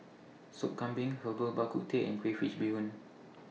Sop Kambing Herbal Bak Ku Teh and Crayfish Beehoon